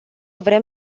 vrem